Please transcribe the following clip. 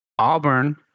Auburn